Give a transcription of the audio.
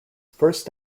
first